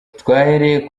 twahereye